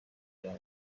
bya